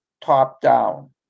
top-down